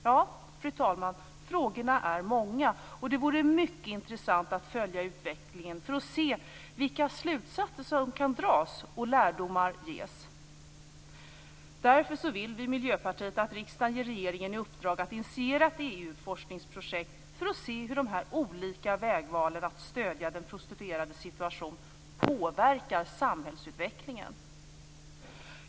Ja, fru talman, frågorna är många, och det vore mycket intressant att följa utvecklingen för att se vilka slutsatser som kan dras och vilka lärdomar som ges. Därför vill Miljöpartiet att riksdagen ger regeringen i uppdrag att initiera ett EU-forskningsprojekt för att se hur de olika vägvalen att stödja den prostituerades situation påverkar samhällsutvecklingen.